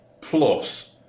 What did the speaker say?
plus